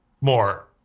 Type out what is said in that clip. more